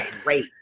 great